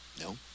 No